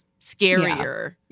scarier